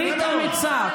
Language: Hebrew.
ברית אמיצה.